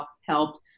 helped